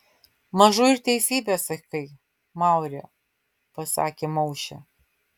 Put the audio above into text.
mažu ir teisybę sakai maure pasakė maušė